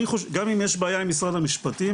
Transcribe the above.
גם אם יש בעיה עם משרד המשפטים,